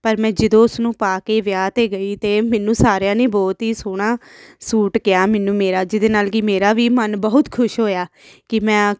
ਪਰ ਮੈਂ ਜਦੋਂ ਉਸ ਨੂੰ ਪਾ ਕੇ ਵਿਆਹ 'ਤੇ ਗਈ ਤਾਂ ਮੈਨੂੰ ਸਾਰਿਆਂ ਨੇ ਬਹੁਤ ਹੀ ਸੋਹਣਾ ਸੂਟ ਕਿਹਾ ਮੈਨੂੰ ਮੇਰਾ ਜਿਹਦੇ ਨਾਲ ਕਿ ਮੇਰਾ ਵੀ ਮਨ ਬਹੁਤ ਖੁਸ਼ ਹੋਇਆ ਕਿ ਮੈਂ